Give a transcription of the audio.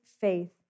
faith